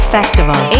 Festival